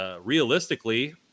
realistically